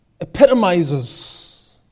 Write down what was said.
epitomizes